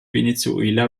venezuela